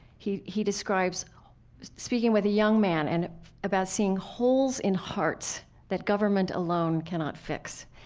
he he describes speaking with a young man and about seeing holes in hearts that government alone cannot fix.